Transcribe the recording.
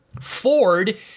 Ford